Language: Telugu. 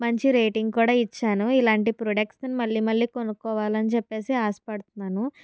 మంచి రేటింగ్ కూడా ఇచ్చాను ఇలాంటి ప్రొడక్ట్స్ మళ్ళీ మళ్ళీ కొనుక్కోవాలని చెప్పేసి ఆశపడుతున్నాను